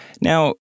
Now